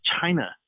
China